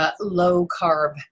low-carb